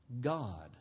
God